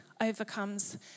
overcomes